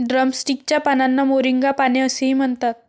drumstick च्या पानांना moringa पाने असेही म्हणतात